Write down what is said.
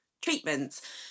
treatments